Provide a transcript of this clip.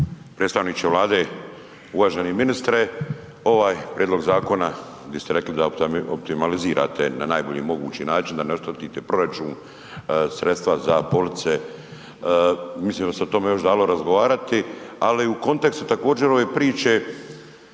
Predstavniče Vlade, uvaženi ministre, ovaj prijedlog zakona di ste rekli da optimalizirate na najbolji mogući način da ne oštetite proračun, sredstva za police, mislim da bi se o tome još dalo razgovarati. Ali u kontekstu također ove priče